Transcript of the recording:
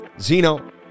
Zeno